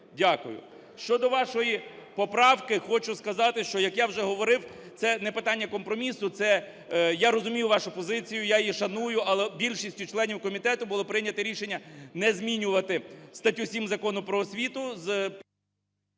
Дякую. Щодо вашої поправки, хочу сказати, що, як я вже говорив, це не питання компромісу, це… Я розумію вашу позицію, я її шаную, але більшістю членів комітету було прийнято рішення не змінювати статтю 7 Закону "Про освіту"